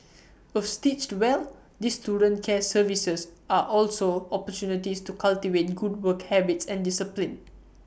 of stitched well these student care services are also opportunities to cultivate good work habits and discipline